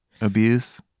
abuse